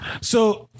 So-